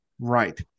Right